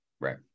Right